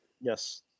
Yes